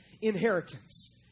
inheritance